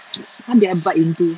what did I bite into